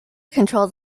controlled